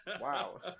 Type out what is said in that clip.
wow